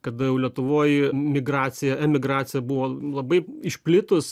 kada jau lietuvoj migracija emigracija buvo labai išplitus